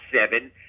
seven